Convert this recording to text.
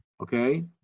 okay